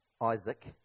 Isaac